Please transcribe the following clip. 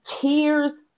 Tears